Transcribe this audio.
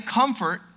comfort